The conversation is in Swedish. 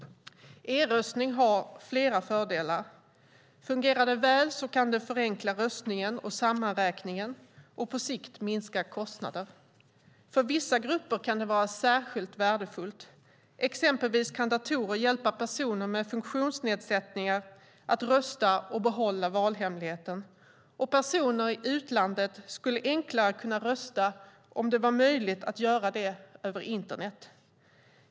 E-röstning har flera fördelar. Fungerar den väl kan den förenkla röstningen och sammanräkningen och på sikt minska kostnaderna. För vissa grupper kan den vara särskilt värdefull. Exempelvis kan datorer hjälpa personer med funktionsnedsättning att rösta och behålla valhemligheten, och personer i utlandet skulle enklare kunna rösta om det var möjligt att göra det över internet.